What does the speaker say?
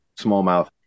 smallmouth